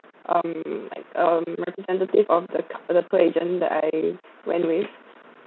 um like um representative of the travel agent that I went with